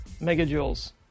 megajoules